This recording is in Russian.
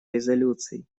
резолюций